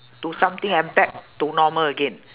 to something and back to normal again